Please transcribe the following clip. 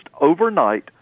overnight